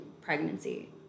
pregnancy